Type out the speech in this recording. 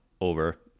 over